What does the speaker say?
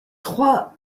trois